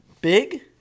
Big